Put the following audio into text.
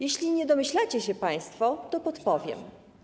Jeśli nie domyślacie się państwo, to podpowiem.